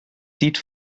sieht